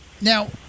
Now